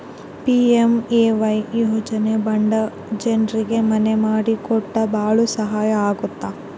PMAY ಯೋಜನೆ ಬಡ ಜನ್ರಿಗೆ ಮನೆ ಮಾಡಿ ಕೊಟ್ಟು ಭಾಳ ಸಹಾಯ ಆಗುತ್ತ